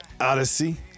Odyssey